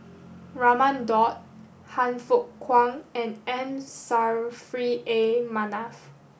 Raman Daud Han Fook Kwang and M Saffri A Manaf